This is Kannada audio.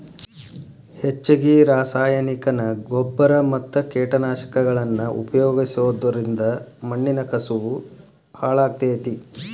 ಹೆಚ್ಚಗಿ ರಾಸಾಯನಿಕನ ಗೊಬ್ಬರ ಮತ್ತ ಕೇಟನಾಶಕಗಳನ್ನ ಉಪಯೋಗಿಸೋದರಿಂದ ಮಣ್ಣಿನ ಕಸವು ಹಾಳಾಗ್ತೇತಿ